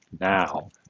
now